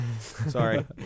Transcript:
sorry